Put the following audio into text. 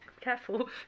careful